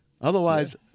Otherwise